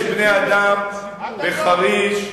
יש בני-אדם בחריש,